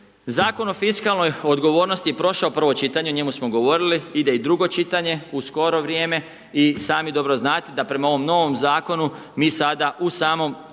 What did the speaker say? Zakon o fiskalnoj odgovornosti je prošao prvo čitanje, o njemu smo govorili, ide i drugo čitanje u skoro vrijeme i sami dobro znate da prema ovom novom zakonu mi sada u samom